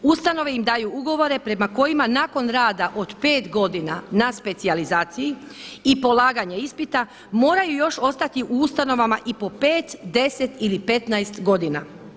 Ustanove im daju ugovore prema kojima nakon rada od 5 godina na specijalizaciji i polaganja ispita moraju još ostati u ustanovama i po 5, 10 ili 15 godina.